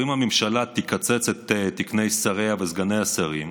ואם הממשלה תקצץ את תקני שריה וסגני השרים,